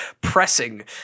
Pressing